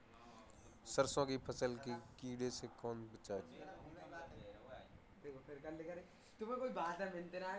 सरसों की फसल को कीड़ों से कैसे बचाएँ?